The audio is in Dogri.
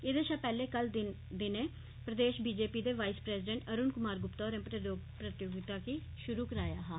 एह्दे शा पैह्ले कल दिने प्रदेश भाजपा दे वाईस प्रेसिडेंट अरूण कुमार गुप्ता होरें प्रतियोगिता गी शुरू कराया हा